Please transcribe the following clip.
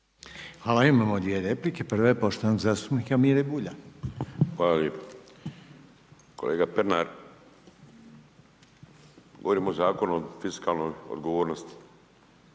Hvala imamo 2 replike, prva je poštovanog zastupnika Mire Bulja. **Bulj, Miro (MOST)** Hvala lijepo. Kolega Pernar, govorimo o zakonu o fiskalnoj odgovornosti,